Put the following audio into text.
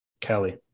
Kelly